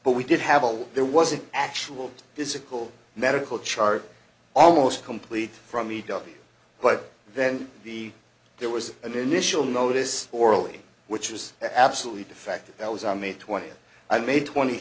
but we did have all there was an actual physical medical chart almost complete from e w but then the there was an initial notice orally which was absolutely defective that was on may twentieth i may twenty